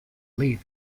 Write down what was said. live